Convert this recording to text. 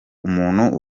umuntu